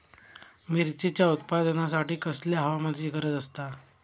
मिरचीच्या उत्पादनासाठी कसल्या हवामानाची गरज आसता?